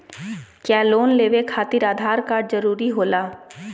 क्या लोन लेवे खातिर आधार कार्ड जरूरी होला?